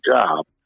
job